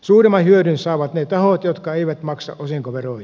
suurimman hyödyn saavat ne tahot jotka eivät maksa osinkoveroja